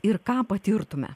ir ką patirtume